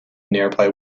nearby